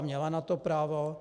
Měla na to právo?